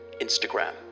Instagram